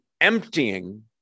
emptying